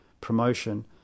promotion